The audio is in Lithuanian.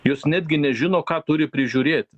jos netgi nežino ką turi prižiūrėt